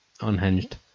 unhinged